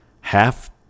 half